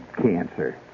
Cancer